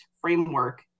framework